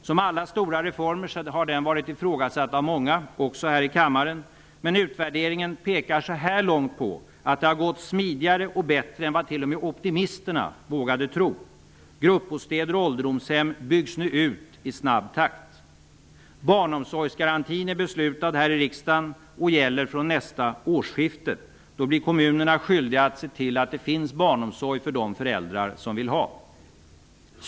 Som alla stora reformer har den varit ifrågasatt av många, också här i kammaren. Men utvärderingen pekar så här långt på att det har gått smidigare och bättre än vad t.o.m. optimisterna vågade tro. Gruppbostäder och ålderdomshem byggs nu ut i snabb takt. Barnomsorgsgarantin är beslutad här i riksdagen och gäller från nästa årsskifte. Då blir kommunerna skyldiga att se till att det finns barnomsorg för de föräldrar som vill ha sådan.